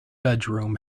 bedroom